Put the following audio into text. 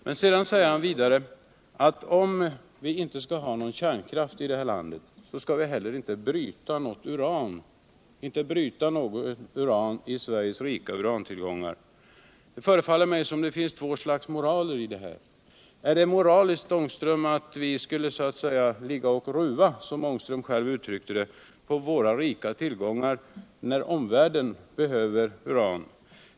Men sedan sade han att om vi inte skall ha någon kärnkraft i det här landet skall vi inte bryta något uran ur Sveriges rika urantillgångar. Det förefaller mig som om det finns två slags moral i det här. Är det moraliskt, Rune Ångström, att ligga och ruva, som Rune Ångström själv uttryckte det. på våra rika tillgångar när omvärlden behöver uran?